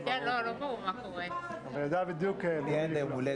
יש בו דברים לא פשוטים אבל הוא מסקנתי עם המצב.